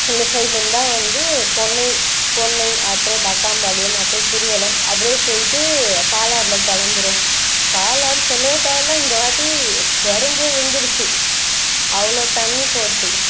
இந்த சைடுலேருந்து தான் வந்து பொன்னை பொன்னை அப்புறம் தக்காம்பாளையம் அப்புறம் திருவல்லம் அப்படியே போயிவிட்டு பாலாறில் கலந்துரும் பாலாறு சொல்லவே தேவையில்லை இந்தவாட்டி உடஞ்சே விழுந்துருச்சி அவ்வளோ தண்ணி போச்சு